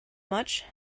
much